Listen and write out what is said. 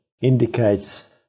indicates